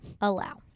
Allow